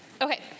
Okay